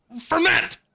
ferment